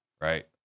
right